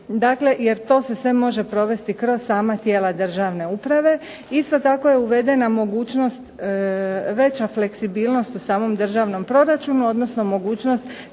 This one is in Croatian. jer to se sve može provesti kroz sama tijela državne uprave. Isto tako je uvedena mogućnost veća fleksibilnost u samom državnom proračunu, odnosno mogućnost